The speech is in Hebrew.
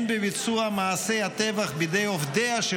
הן בביצוע מעשי הטבח בידי עובדיה של